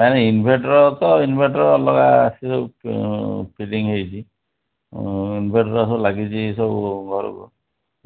ନାଇଁ ନାଇଁ ଇନ୍ଭେଟର୍ ତ ଇନ୍ଭେଟର୍ ଅଲଗା ସେ ସବୁ ଫିଟିଙ୍ଗ୍ ହୋଇଛି ଇନ୍ଭେଟର୍ ସବୁ ଲାଗିଛି ସବୁ ଘରକୁ